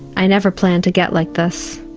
i never planned to get like this.